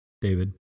David